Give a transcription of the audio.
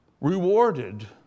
rewarded